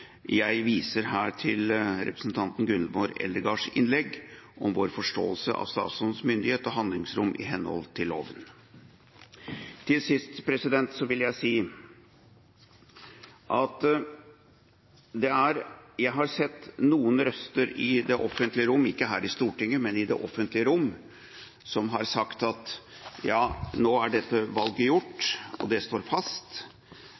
Jeg viser her til representanten Gunvor Eldegards innlegg om vår forståelse av statsrådens myndighet og handlingsrom i henhold til loven. Til sist vil jeg si at jeg har sett noen røster i det offentlige rom – ikke her i Stortinget, men i det offentlige rom – som har sagt at ja, nå er dette valget gjort, og det står fast,